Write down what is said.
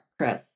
Chris